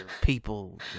people